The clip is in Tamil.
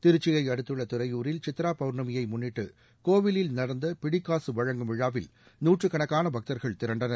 திருச்சியை அடுத்துள்ள துறையூரில் சித்ரா பவுர்ணமியை முன்னிட்டு கோயில் நடந்த பிடிக்காசு வழங்கும் விழாவில் நூற்றுக்கணக்காள பக்தர்கள் திரண்டனர்